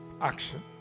action